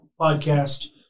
podcast